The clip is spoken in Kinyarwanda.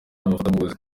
abafatabuguzi